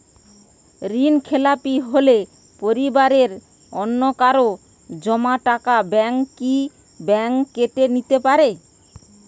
ঋণখেলাপি হলে পরিবারের অন্যকারো জমা টাকা ব্যাঙ্ক কি ব্যাঙ্ক কেটে নিতে পারে?